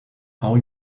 how